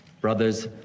brothers